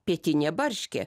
pietinė barškė